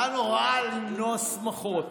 הזמינו אותך לבוא לשם?